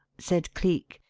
said cleek.